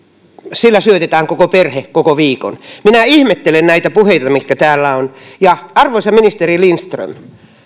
syötetään koko perhe koko viikon minä ihmettelen näitä puheita mitä täällä on ja arvoisa ministeri lindström